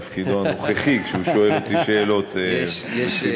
לתפקידו הנוכחי כשהוא שואל אותי שאלות בציבור.